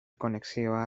konexioa